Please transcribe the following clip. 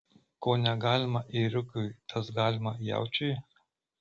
ko negalima ėriukui tas galima jaučiui